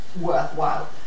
worthwhile